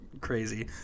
crazy